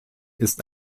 ist